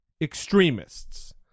extremists